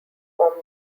formed